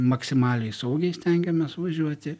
maksimaliai saugiai stengiamės važiuoti